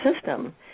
system